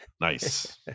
Nice